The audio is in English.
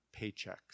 paychecks